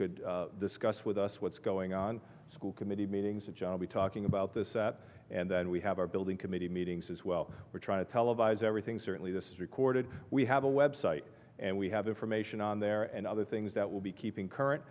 could discuss with us what's going on school committee meetings jobby talking about this that and then we have our building committee meetings as well we're trying to televise everything certainly this is recorded we have a web site and we have information on there and other things that will be keeping current